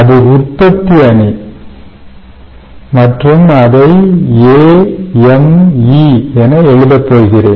அது உற்பத்தி அணி மற்றும் அதை A M E என எழுதப் போகிறேன்